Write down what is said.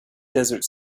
desert